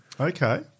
Okay